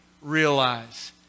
realize